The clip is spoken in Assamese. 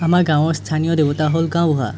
আমাৰ গাঁৱৰ স্থানীয় দেৱতা হ'ল গাঁওবুঢ়া